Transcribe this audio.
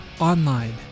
online